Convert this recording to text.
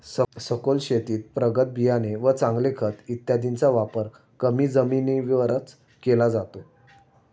सखोल शेतीत प्रगत बियाणे व चांगले खत इत्यादींचा वापर कमी जमिनीवरच केला जातो